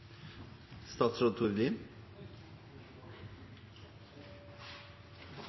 statsråd